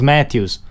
Matthews